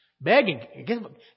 begging